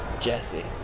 Jesse